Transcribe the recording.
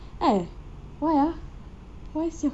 eh why ah why so